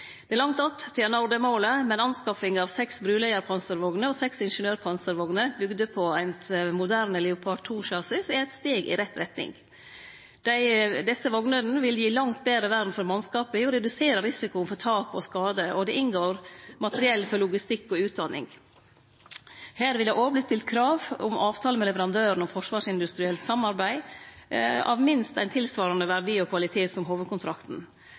Det er langt att til ein når dette målet, men anskaffing av seks bruleggjarpanservogner og seks ingeniørpanservogner, bygde på eit moderne Leopard 2-chassis, er eit steg i rett retning. Desse vognene vil gi langt betre vern for mannskapa og redusere risikoen for tap og skade, og det inngår materiell for logistikk og utdanning. Her vil det også verte stilt krav om avtale med leverandøren om forsvarsindustrielt samarbeid av minst tilsvarande verdi og kvalitet som hovudkontrakten.